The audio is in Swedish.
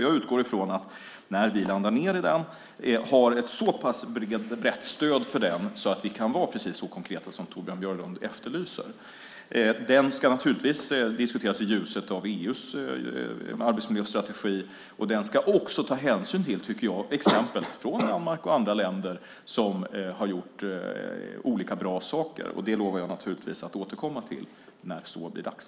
Jag utgår från att när vi landar i den har vi ett så pass brett stöd för den att vi kan vara precis så konkreta som Torbjörn Björlund efterlyser. Den ska naturligtvis diskuteras i ljuset av EU:s arbetsmiljöstrategi. Vi ska också ta hänsyn till exempel från Danmark och andra länder där man har gjort olika bra saker. Det kommer jag att återkomma till när det blir dags.